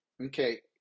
okay